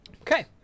Okay